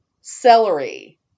celery